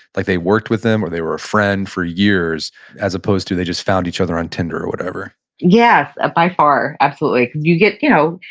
like they worked with them or they were a friend for years as opposed to they just found each other on tinder or whatever yes, ah by far, absolutely. you get, you know,